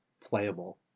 playable